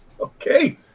Okay